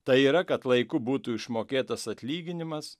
tai yra kad laiku būtų išmokėtas atlyginimas